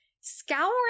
scouring